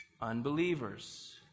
Unbelievers